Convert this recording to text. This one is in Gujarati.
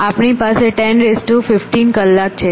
આપણી પાસે 10 15 કલાક છે